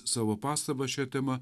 savo pastabas šia tema